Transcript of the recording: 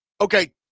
okay